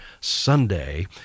Sunday